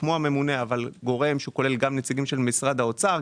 כמו הממונה אבל גורם שכולל גם נציגים של משרד האוצר,